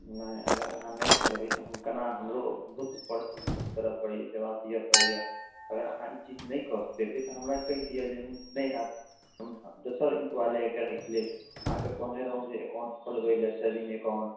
नहि अगर अहाँ नहि करबै तऽ हम केना हमरो हमरो तऽ ऊपरसँ करऽ पड़ैए जवाब दिअ पड़ैए अगर अहाँ ई चीज नहि कऽ स पयबै तऽ हमरा कहि दिअ जे हम नहि हैत हम दोसर इम्प्लोइके राखि लेब अहाँके कहने रहौँ जे एकाउंट खोलबै लेल सेविंग एकाउंट